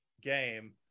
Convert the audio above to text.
game